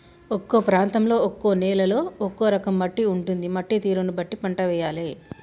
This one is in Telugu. ఒక్కో ప్రాంతంలో ఒక్కో నేలలో ఒక్కో రకం మట్టి ఉంటది, మట్టి తీరును బట్టి పంట వేయాలే